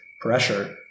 pressure